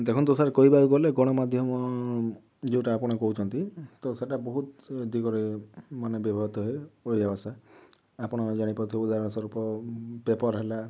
ଦେଖନ୍ତୁ ସାର୍ କହିବାକୁ ଗଲେ ଗଣମାଧ୍ୟମ ଯେଉଁଟା ଆପଣ କହୁଛନ୍ତି ତ ସେଇଟା ବହୁତ ଦିଗ ରେ ମାନେ ବ୍ୟବହୃତ ହୁଏ ଓଡ଼ିଆ ଭାଷା ଆପଣ ଜାଣିପାରୁ ଥିବେ ଉଦାହରଣ ସ୍ୱରୂପ ପେପର୍ ହେଲା